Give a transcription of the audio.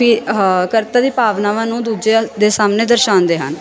ਕਰਤਾ ਦੀਆਂ ਭਾਵਨਾਵਾਂ ਨੂੰ ਦੂਜੇ ਦੇ ਸਾਹਮਣੇ ਦਰਸਾਉਂਦੇ ਹਨ